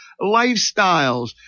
lifestyles